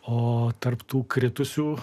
o tarp tų kritusių